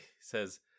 says